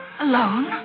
Alone